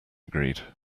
agreed